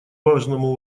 важному